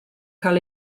cael